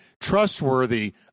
trustworthy